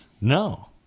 No